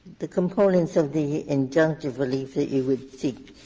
the components of the injunctive relief that you would seek?